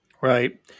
Right